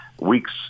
weeks